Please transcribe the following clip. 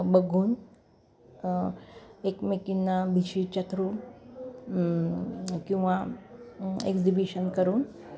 बघून एकमेकींना भिशीच्या थ्रू किंवा एक्झिबिशन करून